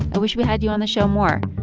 but wish we had you on the show more.